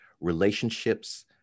Relationships